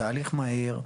זה הליך מהיר.